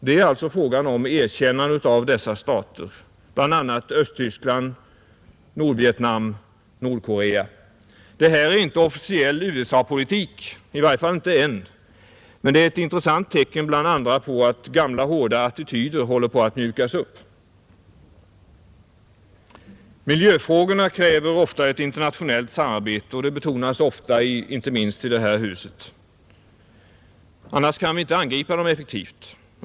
Det är alltså frågan om erkännande av dessa stater, bl.a. Östtyskland, Nordvietnam och Nordkorea, Detta är inte officiell USA-politik — i varje fall inte ännu — men det är ett intressant tecken bland andra på att gamla hårda attityder håller på att mjukas upp. Miljöfrågorna kräver ofta ett internationellt samarbete; det betonas ofta, inte minst i detta hus. Annars kan vi inte angripa dem effektivt.